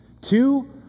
Two